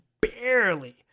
barely